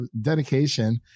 Dedication